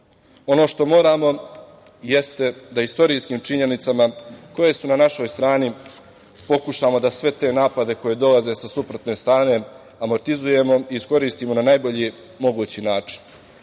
što moramo, jeste da istorijskim činjenicama, koje su na našoj strani, pokušamo da sve te napade koji dolaze sa suprotne strane amortizujemo i iskoristimo na najbolji mogući način.